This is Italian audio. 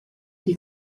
gli